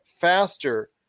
faster